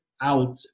out